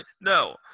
No